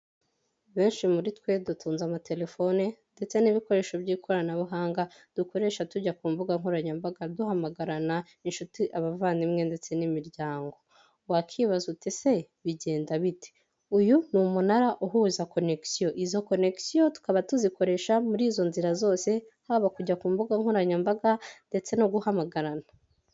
Benshi muri twe dutunze amatelefone, ndetse n'ibikoresho by'ikoranabuhanga dukoresha tujya ku mbuga nkoranyambaga, duhamagarana, inshuti, abavandimwe ndetse n'imiryango. Wakibaza uti ese bigenda bite? Uyu ni umunara uhuza konekisiyo. Izo konekisiyo tukaba tuzikoresha muri izo nzira zose haba kujya ku mbuga nkoranyambaga ndetse no guhamagarana.